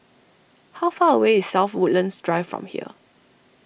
how far away is South Woodlands Drive from here